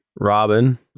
Robin